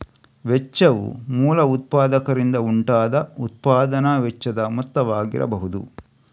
ವೆಚ್ಚವು ಮೂಲ ಉತ್ಪಾದಕರಿಂದ ಉಂಟಾದ ಉತ್ಪಾದನಾ ವೆಚ್ಚದ ಮೊತ್ತವಾಗಿರಬಹುದು